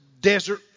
desert